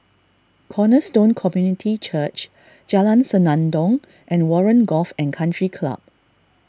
Cornerstone Community Church Jalan Senandong and Warren Golf and Country Club